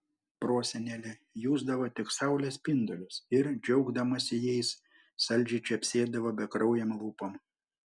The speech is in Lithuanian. prosenelė jusdavo tik saulės spindulius ir džiaugdamasi jais saldžiai čepsėdavo bekraujėm lūpom